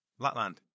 Latland